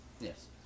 Yes